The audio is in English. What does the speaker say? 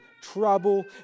Trouble